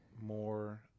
more